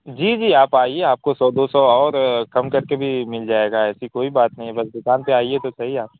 جی جی آپ آئیے آپ کو سو دو سو اور کم کر کے بھی مل جائے گا ایسی کوئی بات نہیں ہے بس دکان پہ آئیے تو صحیح آپ